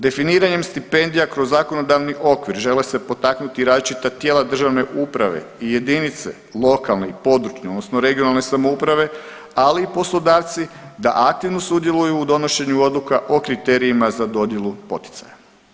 Definiranjem stipendija kroz zakonodavni okvir žele se potaknuti različita tijela državne uprave i jedinice lokalne i područne, odnosno regionalne samouprave ali i poslodavci da aktivno sudjeluju u donošenju odluka o kriterijima za dodjelu poticaja.